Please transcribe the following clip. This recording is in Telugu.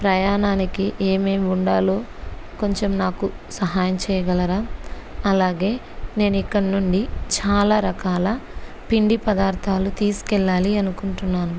ప్రయాణానికి ఏమేమి ఉండాలో కొంచెం నాకు సహాయం చేయగలరా అలాగే నేను ఇక్కడి నుండి చాలా రకాల పిండి పదార్థాలు తీసుకెళ్ళాలి అనుకుంటున్నాను